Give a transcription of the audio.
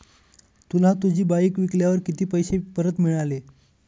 तुला तुझी बाईक विकल्यावर किती पैसे परत मिळाले?